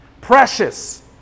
Precious